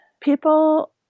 people